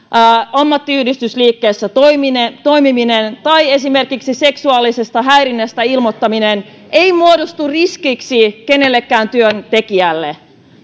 ammattiyhdistysliikkeessä toimiminen toimiminen tai esimerkiksi seksuaalisesta häirinnästä ilmoittaminen eivät muodostu riskiksi kenellekään työntekijälle